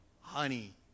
honey